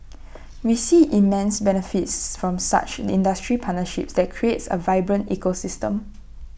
we see immense benefits from such industry partnership that creates A vibrant ecosystem